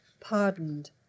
pardoned